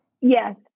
yes